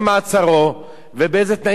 ועל תנאי מעצרו,